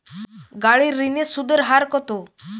গাড়ির ঋণের সুদের হার কতো?